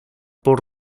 por